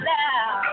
now